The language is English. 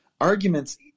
arguments